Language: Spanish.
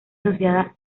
asociada